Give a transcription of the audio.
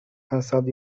azad